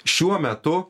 šiuo metu